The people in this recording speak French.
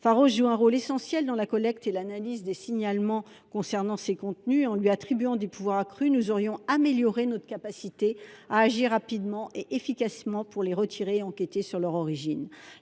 Pharos joue un rôle central dans la collecte et dans l’analyse des signalements concernant ces contenus. En lui conférant des pouvoirs accrus, nous aurions amélioré notre capacité à agir rapidement et efficacement pour les supprimer et enquêter sur leur origine.